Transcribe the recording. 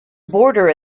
border